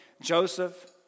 Joseph